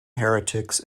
heretics